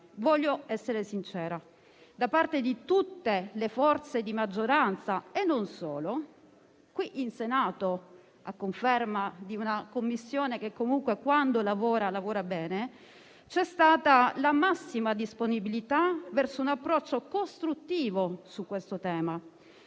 Voglio essere sincera: da parte di tutte le forze di maggioranza e non solo, qui in Senato, a conferma del fatto che comunque la Commissione, quando lavora, lavora bene, c'è stata la massima disponibilità verso un approccio costruttivo su questo tema.